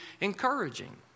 encouraging